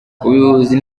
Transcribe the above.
ubuyobozi